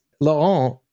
Laurent